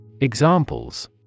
Examples